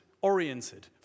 oriented